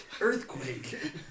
Earthquake